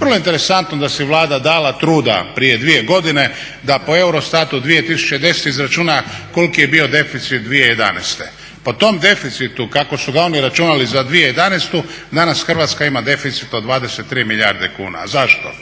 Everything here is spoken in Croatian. Vrlo interesantno da si je Vlada dala truda prije dvije godine da po EUROSTAT-u 2010. izračuna koliki je bio deficit 2011. Po tom deficitu kako su ga oni računali za 2011. danas Hrvatska ima deficit od 23 milijarde kuna. Zašto?